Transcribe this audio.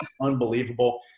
unbelievable